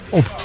op